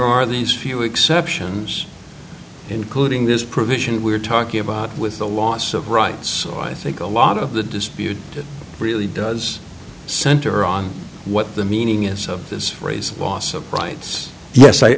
are these few exceptions including this provision we're talking about with the loss of rights so i think a lot of the dispute really does center on what the meaning is of this phrase loss of rights